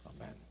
Amen